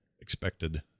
expected